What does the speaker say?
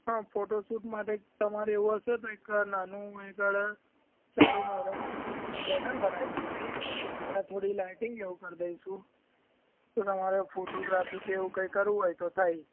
હ ફોટોસૂટ માટે તમારે એવું હસે તો એક નાનું એક ચારુ નવ રાત્રીનું બેનર બનાઈ દઇશું અને થોડીક લાઇટિંગ એવું કરી દઇશું તો તમારે ફોટોગ્રાફી કે કેવું કાઇ કરવું હોય તો થાયે